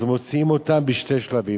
אז מוציאים אותם בשני שלבים.